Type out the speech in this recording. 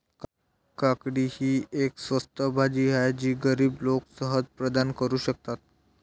काकडी ही एक स्वस्त भाजी आहे जी गरीब लोक सहज प्रदान करू शकतात